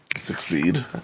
succeed